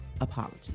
apology